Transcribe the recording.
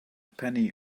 penny